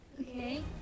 Okay